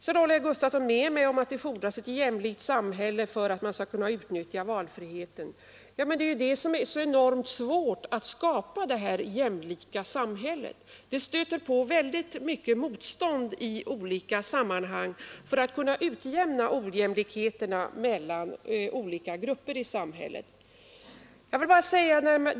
Herr Gustavsson håller med mig om att det fordras ett jämlikt samhälle för att man skall kunna utnyttja valfriheten. Ja, men det är det jämlika samhället som är så enormt svårt att skapa. Försök att utjämna ojämlikheterna mellan olika grupper i samhället stöter på väldigt motstånd i olika sammanhang.